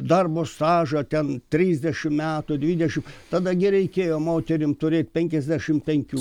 darbo stažą ten trisdešimt metų dvidešimt tada gi reikėjo moterim turėti penkiasdešimt penkių